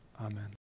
Amen